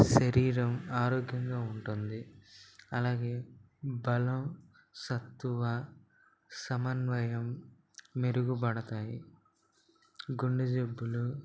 శరీరం ఆరోగ్యంగా ఉంటుంది అలాగే బలం సత్తువ సమన్వయం మెరుగుపడతాయి గుండె జబ్బులు